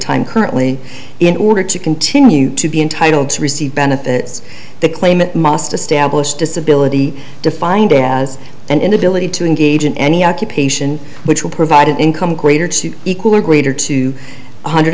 time currently in order to continue to be entitled to receive benefits the claimant must establish disability defined as an inability to engage in any occupation which will provide an income greater to equal or greater to